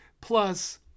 Plus